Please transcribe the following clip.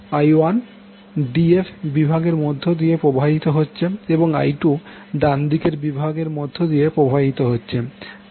I1 d f বিভাগের মধ্য দিয়ে প্রবাহিত হচ্ছে এবং I2 ডানদিকের বিভাগের মধ্য দিয়ে প্রবাহিত হচ্ছে